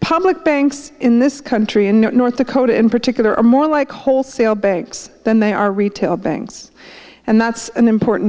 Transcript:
public banks in this country and north dakota in particular are more like wholesale banks than they are retail banks and that's an important